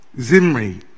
Zimri